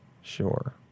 sure